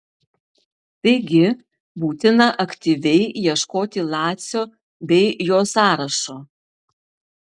taigi būtina aktyviai ieškoti lacio bei jo sąrašo